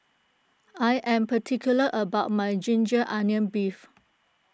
I am particular about my Ginger Onions Beef